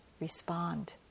respond